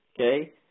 okay